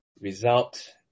result